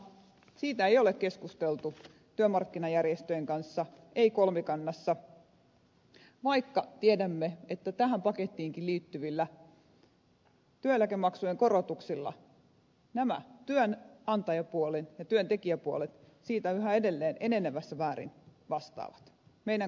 siitä ei ole keskusteltu työmarkkinajärjestöjen kanssa ei kolmikannassa vaikka tiedämme että tähän pakettiinkin liittyvillä työeläkemaksujen korotuksilla nämä työnantajapuolet ja työntekijäpuolet yhä edelleen enenevässä määrin vastaavat meidän koko eläkejärjestelmästämme